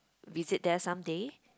visit there some day